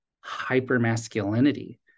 hyper-masculinity